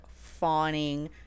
fawning